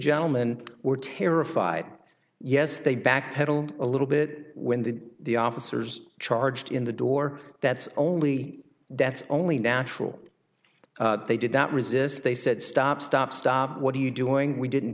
gentlemen were terrified yes they backpedaled a little bit when the the officers charged in the door that's only that's only natural they did not resist they said stop stop stop what are you doing we didn't